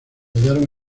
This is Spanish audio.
hallaron